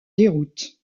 déroute